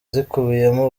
zikubiyemo